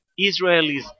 Israelis